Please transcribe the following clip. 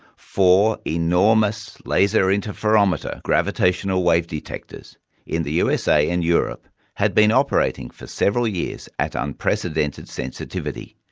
four enormous laser interferometer gravitational wave detectors in the usa and europe had been operating for several years at unprecedented sensitivity,